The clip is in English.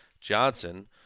Johnson